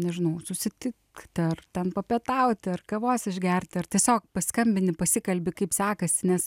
nežinau susitikt ar ten papietauti ar kavos išgerti ar tiesiog paskambini pasikalbi kaip sekasi nes